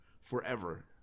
forever